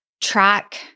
track